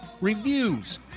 reviews